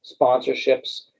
sponsorships